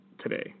today